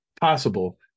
possible